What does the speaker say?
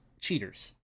cheaters